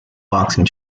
boxing